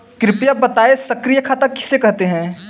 कृपया बताएँ सक्रिय खाता किसे कहते हैं?